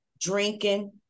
drinking